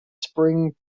spring